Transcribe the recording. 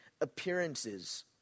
appearances